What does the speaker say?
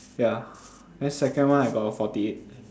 ya then second one I got forty eight